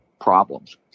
problems